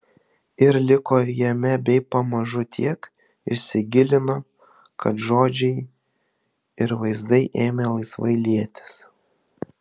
ir liko jame bei pamažu tiek įsigilino kad žodžiai ir vaizdai ėmė laisvai lietis